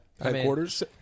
headquarters